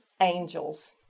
angels